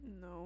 No